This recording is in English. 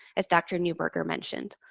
as dr. neuburger mentioned.